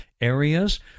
areas